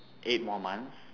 eight more months